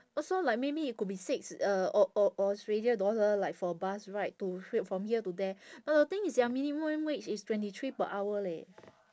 also like maybe it could be six uh au~ au~ australia dollar like for bus ride to from here to there but the thing is their minimum wage is twenty three per hour leh